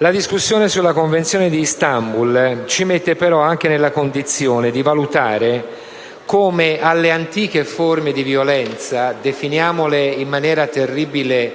La discussione sulla Convenzione di Istanbul ci mette però anche nella condizione di valutare come alle antiche forme di violenza - definiamole, in maniera terribile,